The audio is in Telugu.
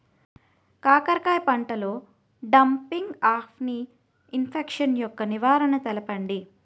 కాకర పంటలో డంపింగ్ఆఫ్ని ఇన్ఫెక్షన్ యెక్క నివారణలు తెలపండి?